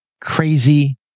crazy